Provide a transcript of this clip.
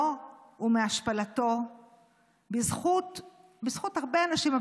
מחורבנו ומהשפלתו בזכות הרבה אנשים,